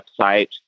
website